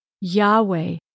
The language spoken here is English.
Yahweh